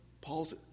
Paul's